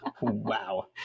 Wow